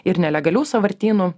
ir nelegalių sąvartynų